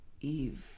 Eve